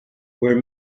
were